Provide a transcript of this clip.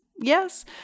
yes